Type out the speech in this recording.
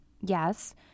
Yes